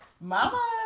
Mama